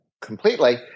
completely